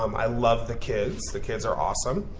um i love the kids. the kids are awesome.